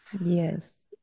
Yes